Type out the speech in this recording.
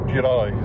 July